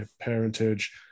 parentage